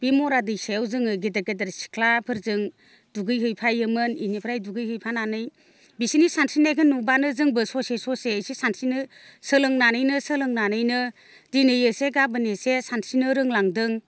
बे मरा दैसायाव जोङो गेदेर गेदेर सिख्लाफोरजों दुगै हैफायोमोन बेनिफ्राय दुगै हैफानानै बिसिनि सानस्रिनायखो नुब्लानो जोंबो ससे ससे एसे सानस्रिनो सोलोंनानैनो सोलोंनानै दिनै एसे गाबोन एसे सानस्रिनो रोंलांदों